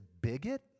bigot